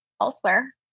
elsewhere